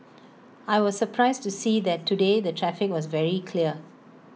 I was surprised to see that today the traffic was very clear